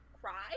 cry